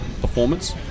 performance